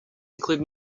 include